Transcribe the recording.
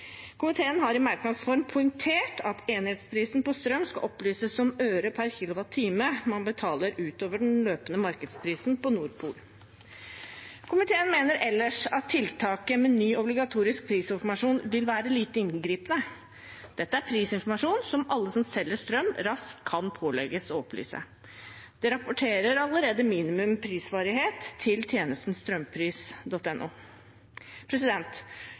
Komiteen har i merknads form poengtert at enhetsprisen på strøm skal opplyses som øre per kilowattime man betaler utover den løpende markedsprisen på Nord Pool. Komiteen mener ellers at tiltaket med ny obligatorisk prisinformasjon vil være lite inngripende. Dette er prisinformasjon som alle som selger strøm, raskt kan pålegges å opplyse. De rapporterer allerede minimum prisvarighet til